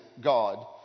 God